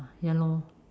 ya lor